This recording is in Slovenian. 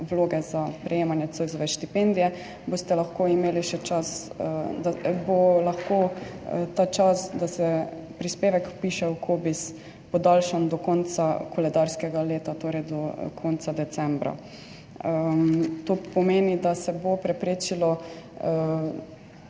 vloge za prejemanje Zoisove štipendije, boste lahko imeli še čas, da se prispevek vpiše v COBISS, podaljšan do konca koledarskega leta, torej do konca decembra. To pomeni, da se bodo preprečili